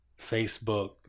Facebook